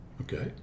Okay